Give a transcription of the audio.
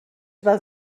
val